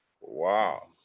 Wow